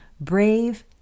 brave